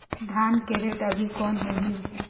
धान के रेट अभी कौन होही?